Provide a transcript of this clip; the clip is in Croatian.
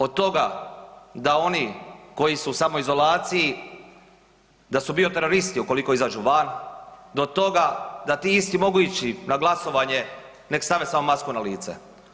Od toga da oni koji su u samoizolaciji da su bioteroristi ukoliko izađu van, do toga da ti isti mogu ići na glasovanje nek stave samo masku na lice.